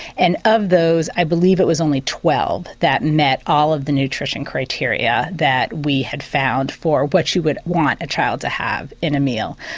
and of those, i believe it was only twelve that met all of the nutrition criteria that we had found for what you would want a child to have in a meal.